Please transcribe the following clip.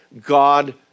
God